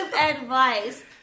advice